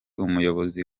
umuyobozi